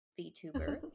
VTuber